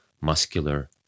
muscular